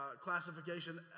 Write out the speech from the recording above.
classification